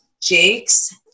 Jake's